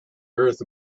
earth